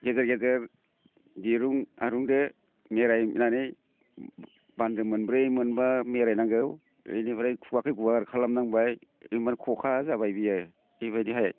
गेजेर गेजेर दिरुं दो मेरायनानै बान्दो मोनब्रै मोनबा मेरायनांगौ बेनिफ्राय खुगाखौ गुवार खालामनांबाय इनिफ्राय खखा जाबाय बियो बेबायदिहाय